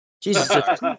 Jesus